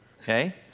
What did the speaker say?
Okay